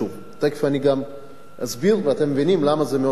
תיכף אני גם אסביר, ואתם מבינים למה זה מאוד חשוב.